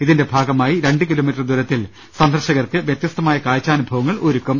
ഇതിന്റെ ഭാഗമായി രണ്ടു കിലോമീറ്റർ ദൂരത്തിൽ സന്ദർശകർക്ക് വ്യത്യസ്തമായ കാഴ്ചാനുഭവങ്ങൾ ഒരുക്കും